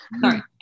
Sorry